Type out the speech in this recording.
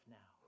now